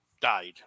died